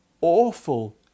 awful